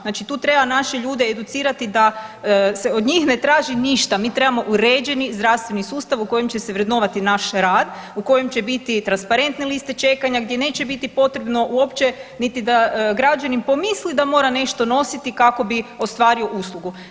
Znači tu treba naše ljude educirati da se od njih ne traži ništa, mi trebamo uređeni zdravstveni sustav u kojem će se vrednovati naš rad, u kojem će biti transparentne liste čekanja, gdje neće biti potrebno uopće niti da građanin pomisli da mora nešto nositi kako bi ostvario uslugu.